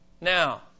Now